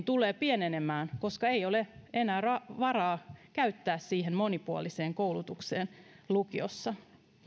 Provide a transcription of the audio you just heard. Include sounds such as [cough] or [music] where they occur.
[unintelligible] tulee pienenemään koska ei ole enää varoja käyttää monipuoliseen koulutukseen lukiossa